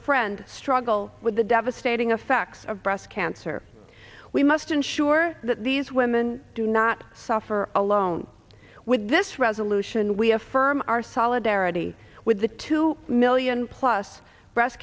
friend struggle with the devastated the facts of breast cancer we must ensure that these women do not suffer alone with this resolution we affirm our solidarity with the two million plus breast